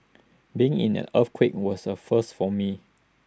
being in an earthquake was A first for me